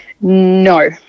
No